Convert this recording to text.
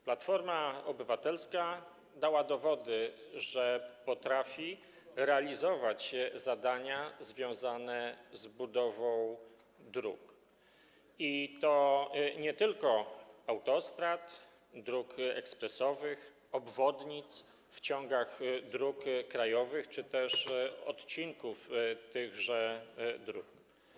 Platforma Obywatelska dała dowody, że potrafi realizować zadania związane z budową dróg, i to nie tylko autostrad, dróg ekspresowych, obwodnic w ciągach dróg krajowych czy też odcinków tychże dróg.